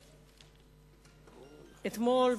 אתמול,